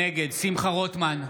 נגד שמחה רוטמן,